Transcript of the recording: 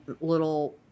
little